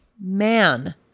Man